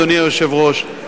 אדוני היושב-ראש,